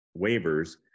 waivers